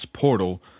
portal